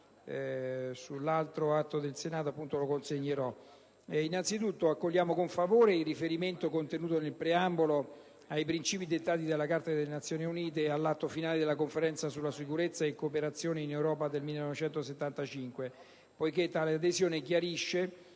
alla ratifica dell'Accordo. Accogliamo innanzitutto con favore il riferimento contenuto nel preambolo ai principi dettati dalla Carta delle Nazioni Unite e dall'Atto finale della Conferenza sulla sicurezza e cooperazione in Europa del 1975, poiché tale adesione chiarisce